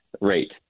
rate